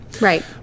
Right